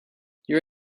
your